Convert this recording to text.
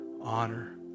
honor